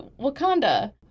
Wakanda